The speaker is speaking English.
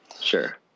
Sure